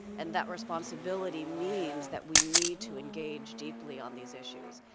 and that responsibility means that we need to engage deeply on these issues.